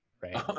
right